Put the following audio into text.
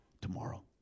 tomorrow